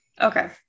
okay